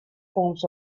forms